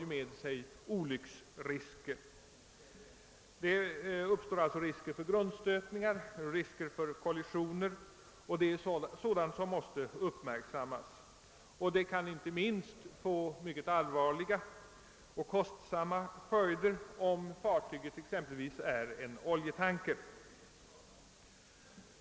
Sådant ökar olycksrisker, t.ex. grundstötningar och kollisioner, vilket måste uppmärksammas inte minst med tanke på de svåra och kostsamma följderna om fartyget är en oljetanker.